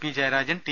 P Jayarajan T